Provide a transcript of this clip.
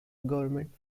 government